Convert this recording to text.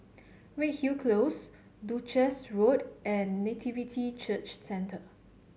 Redhill Close Duchess Walk and Nativity Church Centre